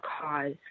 cause